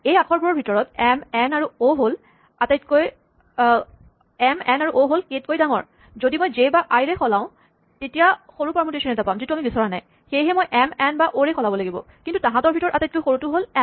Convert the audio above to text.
এই আখৰবোৰৰ ভিতৰত এম এন আৰু অ' হ'ল কে তকৈ ডাঙৰ যদি মই জে বা আই ৰে সলাও তেতিয়া আমি সৰু পাৰমুটেচন এটা পাম যিটো আমি বিচৰা নাই সেয়েহে মই এম এন বা অ' ৰেই সলাব লাগিব কিন্তু তাহাঁতৰ ভিতৰত আটাইতকৈ সৰুটো হ'ল এম